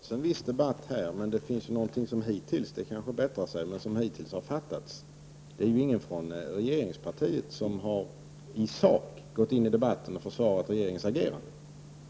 Herr talman! Här har förts en viss debatt om krisen i Mellanöstern. En sak fattas dock, men det kanske bättrar sig. Ingen från regeringspartiet har i sak försvarat regeringens agerande.